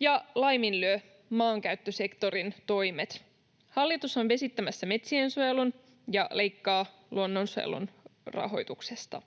ja laiminlyö maankäyttösektorin toimet. Hallitus on vesittämässä metsiensuojelun ja leikkaa luonnonsuojelun rahoituksesta.